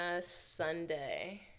Sunday